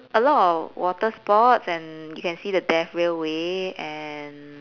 a lot of water sports and you can see the death railway and